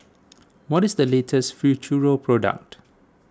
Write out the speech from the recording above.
what is the latest Futuro product